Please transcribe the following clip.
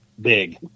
big